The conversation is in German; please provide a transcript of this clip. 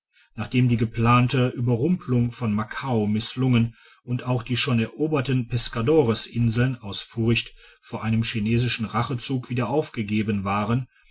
nachdem die geplante ueberrumpelung von macao misslungen und auch die schon eroberten pescadores inseln aus furcht vor einem chinesischem rachezuge wieder aufgegeben waren